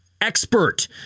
expert